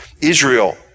Israel